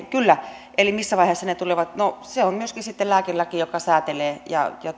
kyllä eli missä vaiheessa ne tulevat no se on myöskin lääkelaki joka säätelee ja